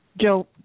Joe